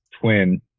twin